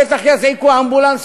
בטח יזעיקו אמבולנס,